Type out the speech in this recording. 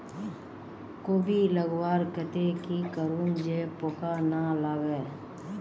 कोबी लगवार केते की करूम जे पूका ना लागे?